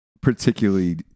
particularly